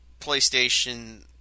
PlayStation